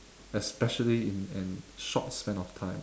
especially in an short span of time